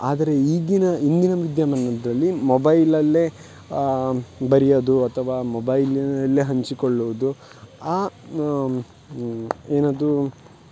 ಆದರೆ ಈಗಿನ ಇಂದಿನ ವಿದ್ಯಮಾನದಲ್ಲಿ ಮೊಬೈಲಲ್ಲೇ ಬರಿಯೋದು ಅಥವಾ ಮೊಬೈಲಲ್ಲೇ ಹಂಚಿಕೊಳ್ಳುದು ಆ ಏನದು